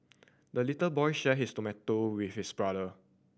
the little boy shared his tomato with his brother